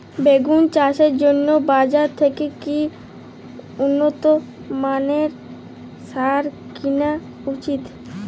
বেগুন চাষের জন্য বাজার থেকে কি উন্নত মানের সার কিনা উচিৎ?